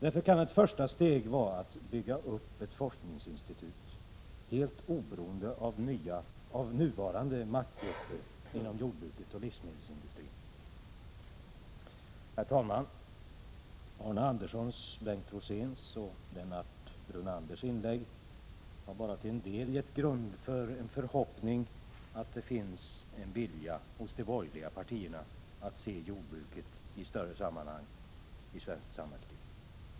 Därför kan ett första steg vara att bygga upp ett forskningsinstitut, helt oberoende av nuvarande maktgrupper inom jordbruket och livsmedelsindustrin. Herr talman! Arne Anderssons, Bengt Roséns och Lennart Brunanders inlägg har bara till en del gett grund för en förhoppning att det finns en vilja hos de borgerliga partierna att se jordbruket i större sammanhang i svenskt samhällsliv.